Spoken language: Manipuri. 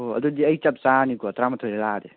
ꯑꯣ ꯑꯗꯨꯗꯤ ꯑꯩ ꯆꯞ ꯆꯥꯔꯅꯤꯀꯣ ꯇꯔꯥꯃꯥꯊꯣꯏꯗ ꯂꯥꯛꯑꯗꯤ